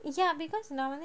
ya because normally